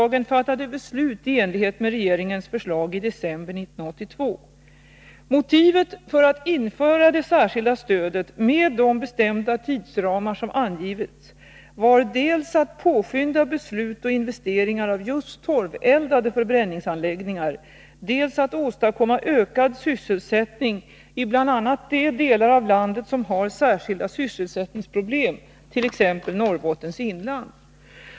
Motivet för att införa det särskilda stödet med de bestämda tidsramar som angivits var dels att påskynda beslut och investeringar av just torveldade förbränningsanläggningar, dels att åstadkomma ökad sysselsättning i bl.a. de delar av landet som har särskilda sysselsättningsproblem, t.ex. Norrbottens inland.